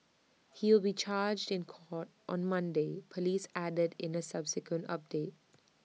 he will be charged in court on Monday Police added in A subsequent update